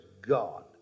God